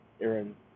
Aaron